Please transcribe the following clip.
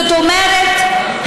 זאת אומרת,